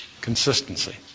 Consistency